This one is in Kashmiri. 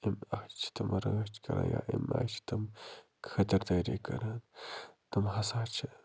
اَمہِ آیہِ چھِ تِم رٲچھ کران یا اَمہِ آیہِ چھِ تِم خٲطِرۍ دٲری کران تِم ہسا چھِ